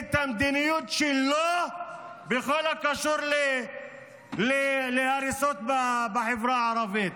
את המדיניות שלו בכל הקשור להריסות בחברה הערבית.